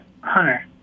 Hunter